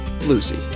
Lucy